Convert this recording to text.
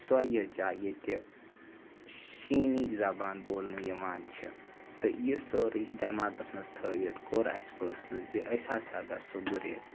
سۄے یٲژۍ جاے ییٚتہِ شیٖنی زبان بولنہٕ یِوان چھِ تہٕ یہِ سٲرٕے دٮ۪ماغَس منٛز تھٲیِتھ کوٚر اَسہِ فٲصلہٕ زِ أسۍ ہَسا گژھو گُریز